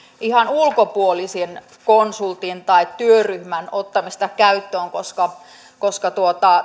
ihan ulkopuolisen konsultin tai työryhmän ottamista käyttöön koska koska